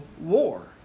war